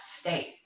state